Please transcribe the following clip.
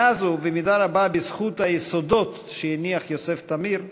מאז, ובמידה רבה בזכות היסודות שהניח יוסף תמיר,